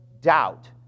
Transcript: doubt